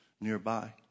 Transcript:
nearby